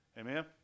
Amen